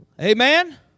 Amen